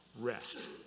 rest